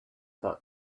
but